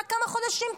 רק כמה חודשים קדימה.